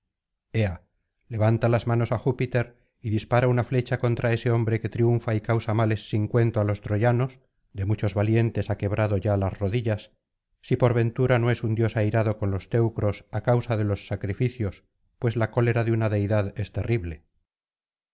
levanta las manos á júpiter y dispara una flecha contra ese hombre que triunfa y causa males sin cuento á los troyanos de muchos valientes ha quebrado ya las rodillas si por ventura no es un dios airado con los teucros á causa de los sacrificios pues la cólera de una deidad es terrible